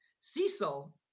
Cecil